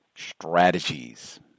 strategies